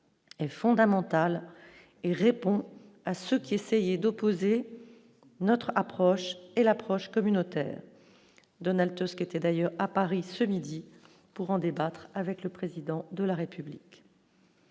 est fondamentale et répond à ceux qui, essayer d'opposer notre approche et l'approche communautaire Donald ce qui était d'ailleurs à Paris ce midi pour en débattre avec le président de la République.